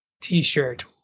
T-shirt